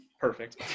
Perfect